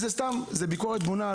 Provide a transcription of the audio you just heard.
זו ביקורת בונה.